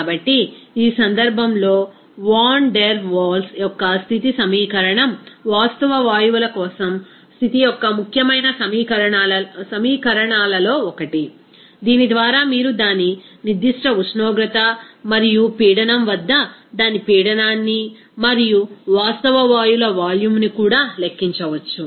కాబట్టి ఈ సందర్భంలో వాన్ డెర్ వాల్స్ యొక్క స్థితిసమీకరణం వాస్తవ వాయువుల కోసం స్థితి యొక్క ముఖ్యమైన సమీకరణాలలో ఒకటి దీని ద్వారా మీరు దాని నిర్దిష్ట ఉష్ణోగ్రత మరియు పీడనం వద్ద దాని పీడనాన్ని మరియు వాస్తవ వాయువుల వాల్యూమ్ను కూడా లెక్కించవచ్చు